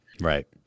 right